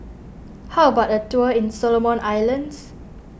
how about a tour in Solomon Islands